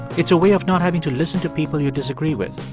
it's a way of not having to listen to people you disagree with.